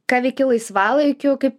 ką veiki laisvalaikiu kaip